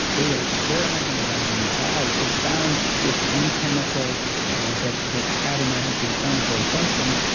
they were experimenting with aniline dyes, they found this one chemical that that had an anti-inflammatory function,